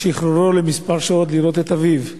שחרורו לכמה שעות לראות את אביו.